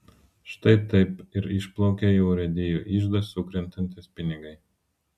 štai taip ir išplaukia į urėdijų iždą sukrentantys pinigai